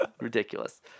ridiculous